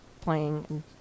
playing